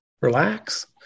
relax